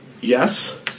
Yes